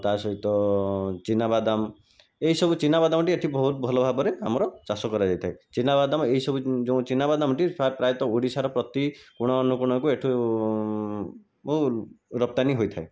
ତା ସହିତ ଚିନାବାଦାମ ଏହିସବୁ ଚିନାବାଦାମଟି ଏଠି ବହୁତ ଭଲ ଭାବରେ ଆମର ଚାଷ କରାଯାଇଥାଏ ଚିନାବାଦାମ ଏହିସବୁ ଯେଉଁ ଚିନାବାଦାମଟି ପ୍ରାୟତଃ ଓଡ଼ିଶାର ପ୍ରତି କୋଣ ଅନୁକୋଣ ଏଠୁ ବହୁ ରପ୍ତାନି ହୋଇଥାଏ